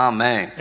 Amen